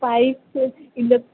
pipe ଅଛି